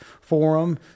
forum